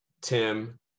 Tim